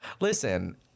Listen